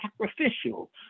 sacrificial